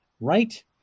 right